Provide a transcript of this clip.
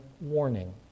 warning